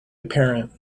apparent